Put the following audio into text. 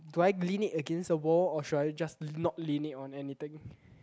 do I lean it against the wall or should I just not lean it on anything